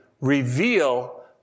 Reveal